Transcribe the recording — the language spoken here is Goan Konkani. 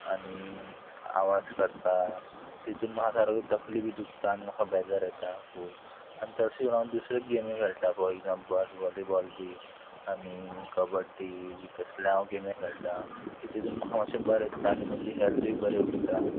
आनी आवाज करता तितून म्हाका सारकी तकली बी दुकता आनी म्हाका बेजार येता खूब आनी चडशे करून हांव दुसरेच गेमी खेळटा फॉर एग्जाम्पल वॉलीबॉल बी आनी कबड्डी बी तसले हांव गेमी खेळटा की तितून म्हाका मातशें बरें दिसता आनी म्हजी हेल्थूय बरी उरता